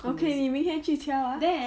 okay 你明天去巧 ah